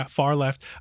far-left